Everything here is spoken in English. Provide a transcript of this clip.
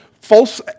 False